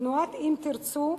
תנועת "אם תרצו",